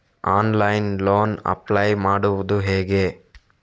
Online loan apply ಮಾಡುವುದು ಹೇಗೆ?